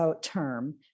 term